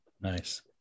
Nice